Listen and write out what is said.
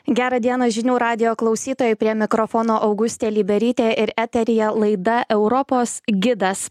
gerą dieną žinių radijo klausytojai prie mikrofono augustė liberytė ir eteryje laida europos gidas